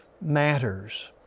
matters